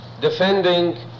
defending